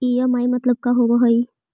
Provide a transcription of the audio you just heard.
EMI मतलब का होब हइ?